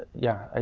yeah,